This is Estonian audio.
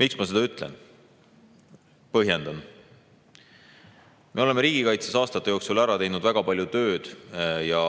Miks ma seda ütlen? Põhjendan. Me oleme riigikaitses aastate jooksul ära teinud väga palju tööd ja